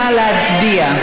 נא להצביע.